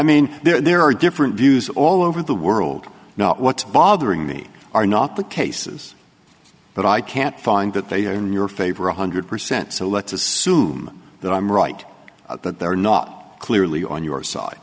mean there are different views all over the world not what bothering me are not the cases but i can't find that they are in your favor one hundred percent so let's assume that i'm right that they're not clearly on your side